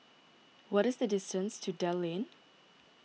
what is the distance to Dell Lane